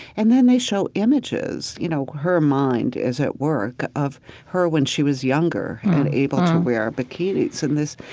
and then they show images. you know, her mind is at work of her when she was younger and able to wear bikinis. and this,